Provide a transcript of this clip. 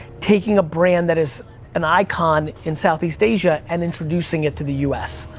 taking a brand that is an icon in southeast asia, and introducing it to the us,